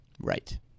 Right